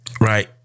right